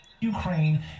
Ukraine